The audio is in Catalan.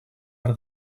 per